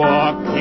Walk